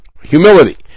humility